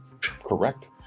Correct